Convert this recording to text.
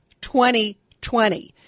2020